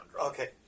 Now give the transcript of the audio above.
Okay